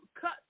cut